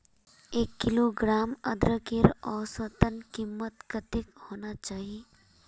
एक किलोग्राम अदरकेर औसतन कीमत कतेक होना चही?